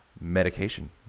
medication